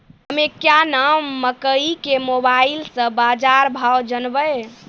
हमें क्या नाम मकई के मोबाइल से बाजार भाव जनवे?